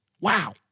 Wow